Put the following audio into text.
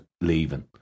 leaving